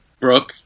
Brooke